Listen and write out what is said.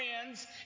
friends